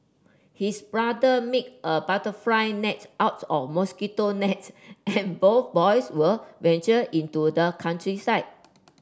his brother make a butterfly net out of mosquito net and both boys would venture into the countryside